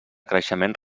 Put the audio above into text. creixement